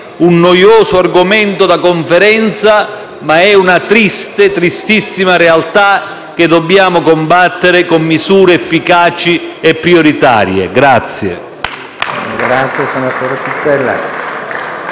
un noioso argomento da conferenza, ma è una triste, tristissima realtà, che dobbiamo combattere con misure efficaci e prioritarie.